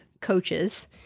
coaches